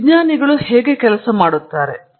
ಆದ್ದರಿಂದ ವಿಜ್ಞಾನಿಗಳು ಹೇಗೆ ಕೆಲಸ ಮಾಡುತ್ತಾರೆ